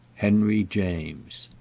henry james.